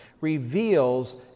reveals